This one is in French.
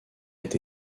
est